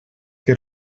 que